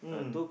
mm